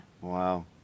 Wow